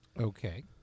Okay